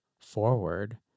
forward